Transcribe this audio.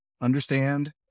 understand